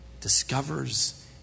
discovers